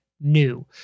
new